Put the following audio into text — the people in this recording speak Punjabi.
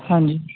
ਹਾਂਜੀ